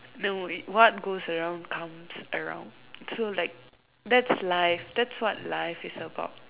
no what goes around comes around so like that's life that's what life is about